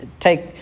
Take